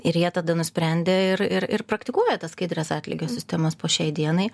ir jie tada nusprendė ir ir praktikuoja tas skaidrias atlygio sistemas po šiai dienai